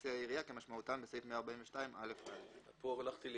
מסי העירייה כמשמעותם בסעיף 142א(א)"." כפי שאמרתי,